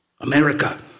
America